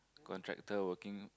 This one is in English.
contractor working